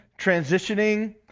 transitioning